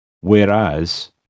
Whereas